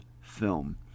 film